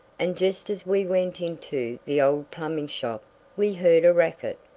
and just as we went into the old plumbing shop we heard a racket.